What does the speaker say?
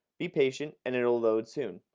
be patient and it will load soon.